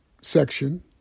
section